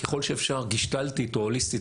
ככל שאפשר גשטלטית או הוליסטית,